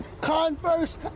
Converse